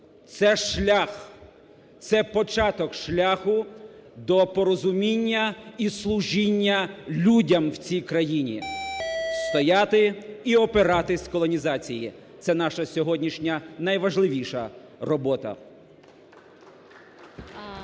Це шлях! Це початок шляху до порозуміння і служіння людям в цій країні стояти і опиратись колонізації. Це наша сьогоднішня найважливіша робота. Веде